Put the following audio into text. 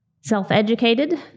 self-educated